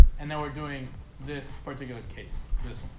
and then we're doing this particular case this